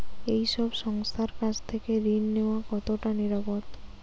এই সব সংস্থার কাছ থেকে ঋণ নেওয়া কতটা নিরাপদ?